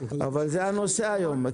אבל זה הנושא היום.